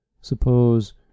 Suppose